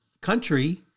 country